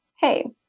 hey